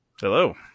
Hello